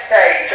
stage